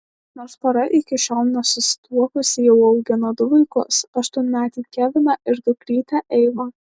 nors pora iki šiol nesusituokusi jau augina du vaikus aštuonmetį keviną ir dukrytę eivą